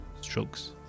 strokes